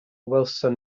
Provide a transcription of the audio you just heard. welsom